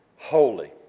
holy